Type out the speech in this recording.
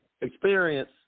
experience